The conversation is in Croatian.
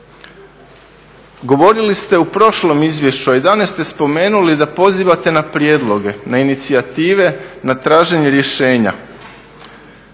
Govorili ste u prošlom izvješću, a i danas ste spomenuli da pozivate na prijedloge, na inicijative, na traženje rješenja.